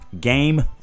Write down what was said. Game